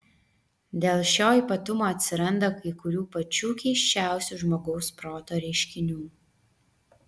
dėl šio ypatumo atsiranda kai kurių pačių keisčiausių žmogaus proto reiškinių